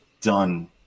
done